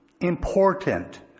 important